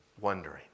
wondering